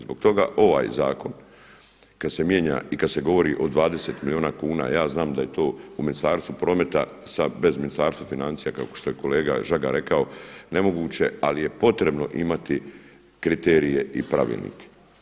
Zbog toga ovaj zakon kad se mijenja i kad se govori o 20 milijuna kuna ja znam da je to u Ministarstvu prometa, bez Ministarstva financija kao što je kolega Žagar rekao nemoguće ali je potrebno imati kriterije i pravilnike.